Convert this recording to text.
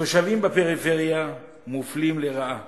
תושבים בפריפריה מופלים לרעה